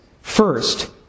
First